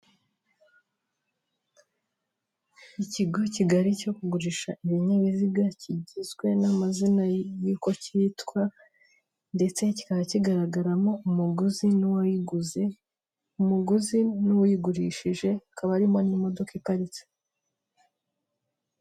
Ikigo kigali cyo kugurisha ibinyabiziga, kigizwe n'amazina y'uko cyitwa ndetse kikaba kigaragaramo umuguzi n'uwayiguze, umuguzi n'uyigurishije, hakaba harimo n'imodoka iparitse.